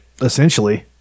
Essentially